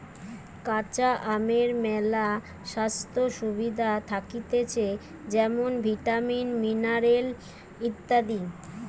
কাঁচা আমের মেলা স্বাস্থ্য সুবিধা থাকতিছে যেমন ভিটামিন, মিনারেল ইত্যাদি